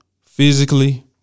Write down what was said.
physically